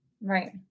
Right